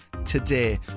today